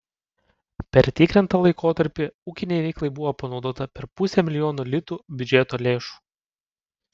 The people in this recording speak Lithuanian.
per tikrintą laikotarpį ūkinei veiklai buvo panaudota per pusę milijono litų biudžeto lėšų